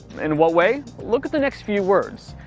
in what way? look at the next few words,